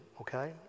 Okay